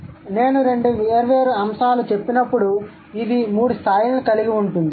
కాబట్టి నేను రెండు వేర్వేరు అంశాలను చెప్పినప్పుడు ఇది మూడు స్థాయిలను కలిగి ఉంటుంది